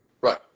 Right